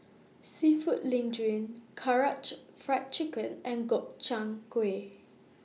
Seafood Linguine Karaage Fried Chicken and Gobchang Gui